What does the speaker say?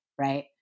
right